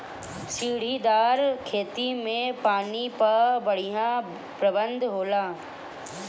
सीढ़ीदार खेती में पानी कअ बढ़िया प्रबंध होला